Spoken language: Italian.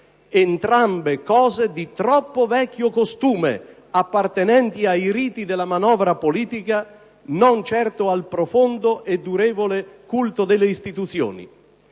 entrambe di troppo vecchio costume appartenenti ai riti della manovra politica, non certo al profondo e durevole culto delle istituzioni.